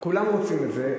כולם רוצים את זה,